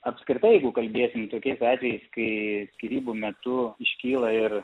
apskritai jeigu kalbėsim tokiais atvejais kai skyrybų metu iškyla ir